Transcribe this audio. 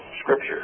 scripture